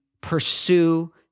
pursue